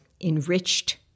enriched